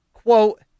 quote